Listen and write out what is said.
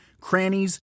crannies